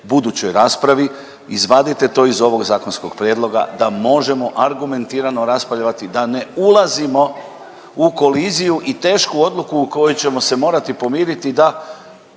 budućoj raspravi, izvadite to iz ovog zakonskog prijedloga da možemo argumentirano raspravljati da ne ulazimo u koliziju i tešku odluku u kojoj ćemo se morati pomiriti da